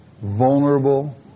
vulnerable